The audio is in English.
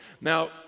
Now